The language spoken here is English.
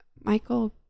Michael